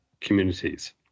communities